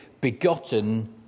begotten